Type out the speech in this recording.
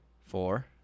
four